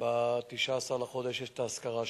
ב-19 בחודש תתקיים האזכרה השנתית.